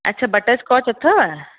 अच्छा butterscotch अथव